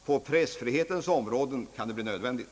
På pressfrihetens område kan det bli nödvändigt.